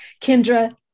Kendra